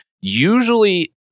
usually